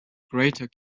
greater